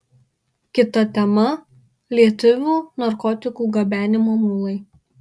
kita tema lietuvių narkotikų gabenimo mulai